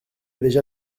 déjà